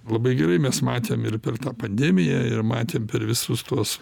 labai gerai mes matėm ir per tą pandemiją ir matėm per visus tuos